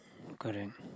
correct